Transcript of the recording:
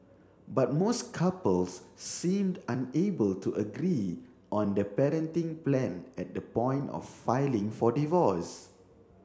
but most couples seemed unable to agree on the parenting plan at the point of filing for divorce